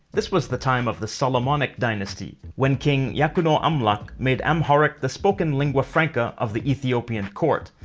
this was the time of the solomonic dynasty, when king yakuno amlak made amharic the spoken lingua franca of the ethiopian court,